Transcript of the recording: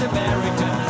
American